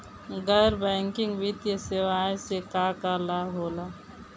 गैर बैंकिंग वित्तीय सेवाएं से का का लाभ होला?